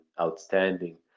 outstanding